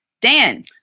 Dan